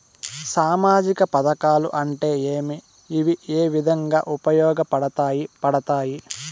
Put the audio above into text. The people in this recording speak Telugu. సామాజిక పథకాలు అంటే ఏమి? ఇవి ఏ విధంగా ఉపయోగపడతాయి పడతాయి?